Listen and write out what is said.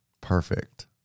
Perfect